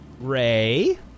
Ray